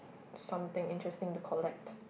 something interesting to collect